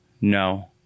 no